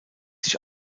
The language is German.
sich